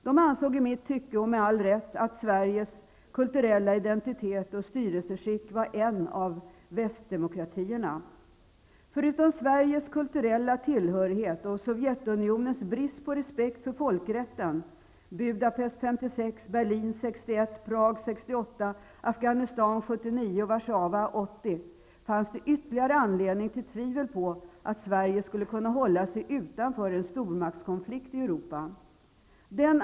De ansåg i mitt tycke med all rätt att Sveriges kulturella identitet och styrelseskick tillhörde en västdemokrati. Förutom Sveriges kulturella tillhörighet och Sovjetunionens brist på respekt för folkrätten -- Afghanistan 1979 och Warszawa 1980 -- fanns det yttelligare anledning till tvivel på att Sverige skulle kunna hålla sig utanför en stormaktskonflikt i Europa.